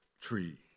tree